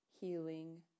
healing